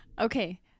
Okay